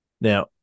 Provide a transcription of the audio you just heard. Now